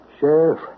Sheriff